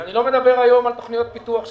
אני לא מדבר היום על תוכניות פיתוח שנעצרו.